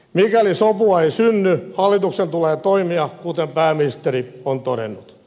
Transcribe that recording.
mikäli sopua ei synny hallituksen tulee toimia kuten pääministeri on todennut